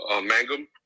Mangum